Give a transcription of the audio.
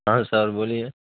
ہاں سر بولیے